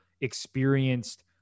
experienced